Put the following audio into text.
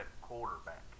quarterback